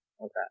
okay